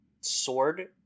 sword